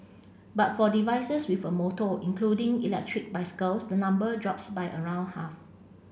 but for devices with a motor including electric bicycles the number drops by around half